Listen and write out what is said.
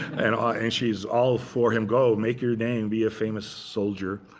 and and she's all for him. go, make your name. be a famous soldier.